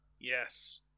Yes